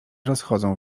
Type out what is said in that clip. rozchodzą